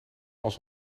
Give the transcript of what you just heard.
als